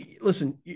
listen